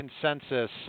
consensus